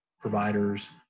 providers